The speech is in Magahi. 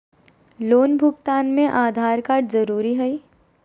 लोन भुगतान में आधार कार्ड जरूरी है?